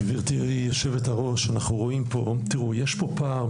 גברתי היושבת-ראש, יש פה פער.